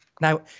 Now